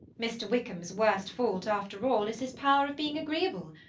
mr. wickham's worst fault, after all, is his power of being agreeable.